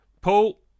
paul